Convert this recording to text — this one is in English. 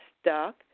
stuck